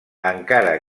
encara